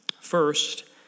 First